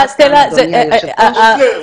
אדוני היושב-ראש,